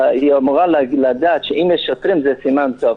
היא אמורה לדעת שאם יש שוטרים זה סימן טוב,